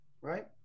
right